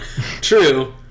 True